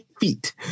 feet